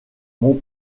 mon